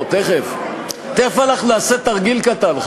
תכף אנחנו נעשה תרגיל קטן,